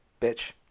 bitch